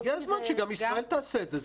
הגיע הזמן שגם ישראל תעשה את זה,